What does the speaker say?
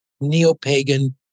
neo-pagan